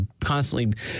constantly